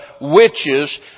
witches